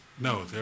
No